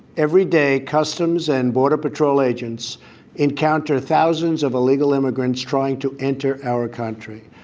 every day, customs and border patrol agents encounter thousands of illegal immigrants trying to enter our country.